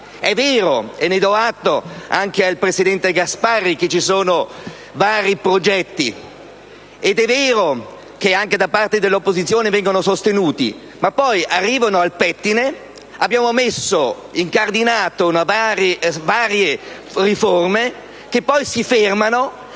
È vero - ne do atto anche al presidente Gasparri - che ci sono vari progetti. Ed è vero che anche da parte dell'opposizione sono sostenuti: ma poi i nodi vengono sempre al pettine! Abbiamo incardinato varie riforme, che poi si fermano